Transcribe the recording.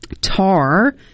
TAR